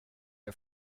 det